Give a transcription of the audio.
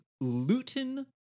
Luton